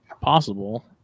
possible